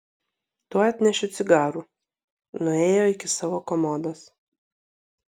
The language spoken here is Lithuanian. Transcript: tuoj atnešiu cigarų nuėjo iki savo komodos